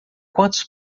quantos